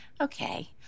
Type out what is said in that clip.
Okay